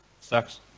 Sucks